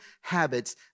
habits